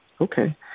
okay